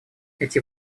эти